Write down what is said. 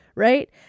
right